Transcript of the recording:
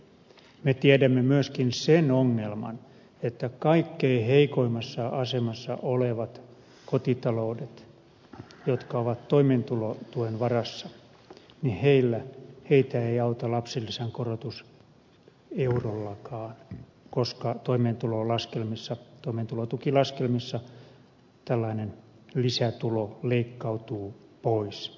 me tiedämme myöskin sen ongelman että kaikkein heikoimmassa asemassa olevia kotitalouksia jotka ovat toimeentulotuen varassa ei auta lapsilisän korotus eurollakaan koska toimeentulotukilaskelmissa tällainen lisätulo leikkautuu pois